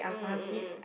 mm mm mm mm